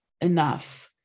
enough